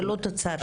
זה לא תוצר של זה.